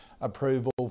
approval